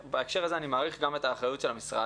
ובהקשר הזה אני מעריך גם את האחריות של המשרד.